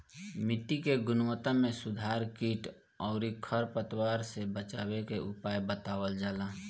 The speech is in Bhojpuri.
मिट्टी के गुणवत्ता में सुधार कीट अउरी खर पतवार से बचावे के उपाय बतावल जाला